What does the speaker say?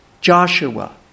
Joshua